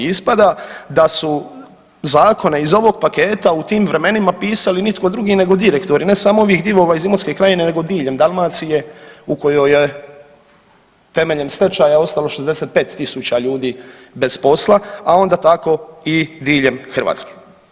Ispada da su zakone iz ovog paketa u tim vremenima pisali nitko drugi nego direktori ne samo ovih divova iz Imotske krajine, nego diljem Dalmacije u kojoj je temeljem stečaja ostalo 65000 ljudi bez posla, a onda tako i diljem Hrvatske.